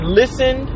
listen